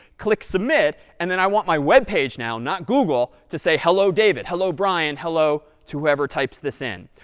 click submit, and then i want my web page now, not google, to say hello, david, hello, brian hello to whoever types this in.